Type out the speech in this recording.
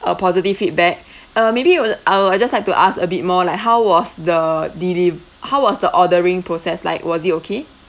a positive feedback uh maybe you would I would just like to ask a bit more like how was the deli~ how was the ordering process like was it okay